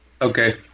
Okay